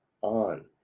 on